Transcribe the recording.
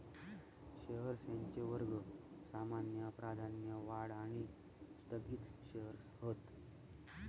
shares यांचे वर्ग सामान्य, प्राधान्य, वाढ आणि स्थगित शेअर्स हत